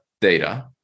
data